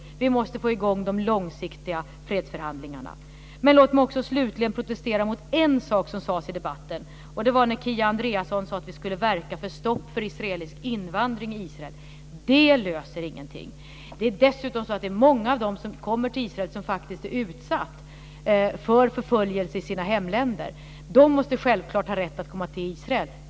Vi måste få i gång de långsiktiga fredsförhandlingarna. Men låt mig också slutligen protestera mot en sak som sades i debatten. Kia Andreasson sade att vi skulle verka för stopp för israelisk invandring i Israel. Det löser ingenting. Det är dessutom så att många av dem som kommer till Israel faktiskt är utsatta för förföljelse i sina hemländer. De måste självklart ha rätt att komma till Israel.